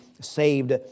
saved